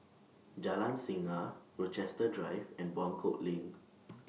Jalan Singa Rochester Drive and Buangkok LINK